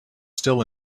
still